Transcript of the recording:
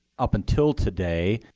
up until today,